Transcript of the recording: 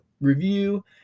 review